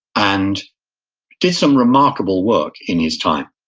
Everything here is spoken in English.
and did some remarkable work in his time.